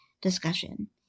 discussion